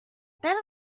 better